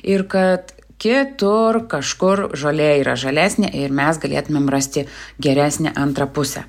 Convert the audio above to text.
ir kad kitur kažkur žolė yra žalesnė ir mes galėtumėm rasti geresnę antrą pusę